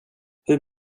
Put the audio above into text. hur